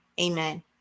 Amen